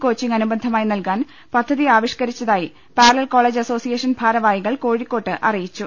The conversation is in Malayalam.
കോച്ചിങ് അനുബന്ധമായി നൽകാൻ പദ്ധതി ആവിഷ്കരിച്ചതായി പാരലൽകോളേജ് അസോസിയേഷൻ ഭാരവാ ഹികൾ കോഴിക്കോട്ട് അറിയിച്ചു